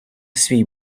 свій